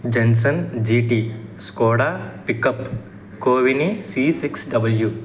Jensen GT Skoda pickup కోవిని C six W